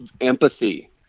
empathy